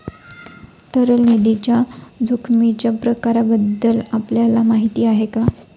तरल निधीच्या जोखमीच्या प्रकारांबद्दल आपल्याला माहिती आहे का?